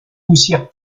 poussière